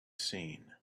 seen